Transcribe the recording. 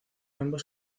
ambos